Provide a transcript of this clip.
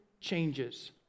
changes